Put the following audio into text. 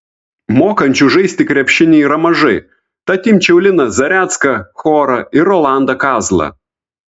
mokančių žaisti krepšinį yra mažai tad imčiau liną zarecką chorą ir rolandą kazlą